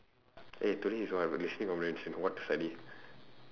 eh today is what listening comprehension what to study